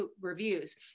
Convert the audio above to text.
reviews